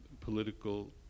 political